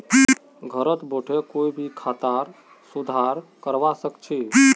घरत बोठे कोई भी खातार सुधार करवा सख छि